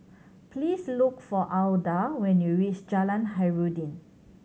please look for Alda when you reach Jalan Khairuddin